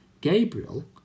Gabriel